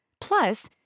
Plus